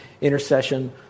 intercession